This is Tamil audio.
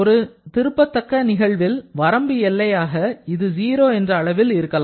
ஒரு திருப்பத்தக்க நிகழ்வில் வரம்பு எல்லையாக இது 0 என்ற அளவில் இருக்கலாம்